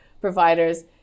providers